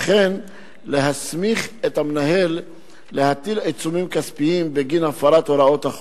וכן להסמיך את המנהל להטיל עיצומים כספיים בגין הפרת הוראות החוק.